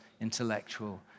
intellectual